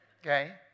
okay